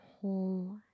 whole